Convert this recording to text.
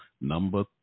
number